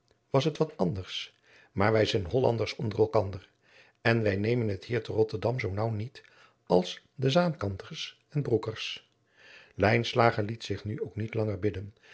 was het wat anders maar wij zijn hollanders onder elkander en wij nemen het hier te rotterdam zoo naauw niet als de zaankanters en broekers lijnslager liet zich nu ook niet langer bidden